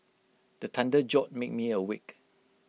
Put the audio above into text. the thunder jolt me me awake